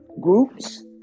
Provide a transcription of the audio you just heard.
groups